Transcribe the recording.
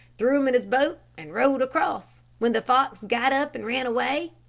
threw him in his boat and rowed across, when the fox got up and ran away?